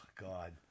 God